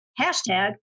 Hashtag